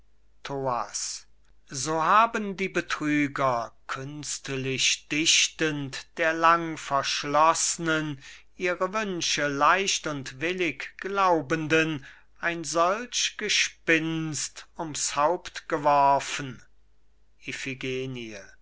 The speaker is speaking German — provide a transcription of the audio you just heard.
so haben die betrüger künstlich dichtend der lang verschloss'nen ihre wünsche leicht und willig glaubenden ein solch gespinnst um's haupt geworfen